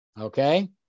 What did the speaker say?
Okay